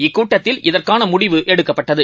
இக்கூட்டத்தில் இதற்கானமுடிவு எடுக்கப்பட்டது